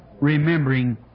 remembering